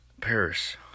Paris